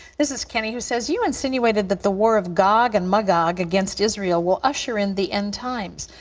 this is kenny who says, you insinuated that the war of gog and magog against israel will usher in the end times.